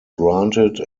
granted